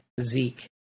zeke